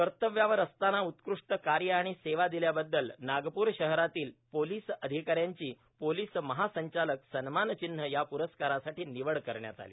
कर्तव्यावर असताना उत्कृष्ट कार्य आणि सेवा दिल्याबद्दल नागपूर शहरातील पोलिस अधिकाऱ्यांची महासंचालक सन्मान चिन्ह या प्रस्कारासाठी निवड करण्यात आली